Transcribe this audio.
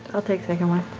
i'll take second watch.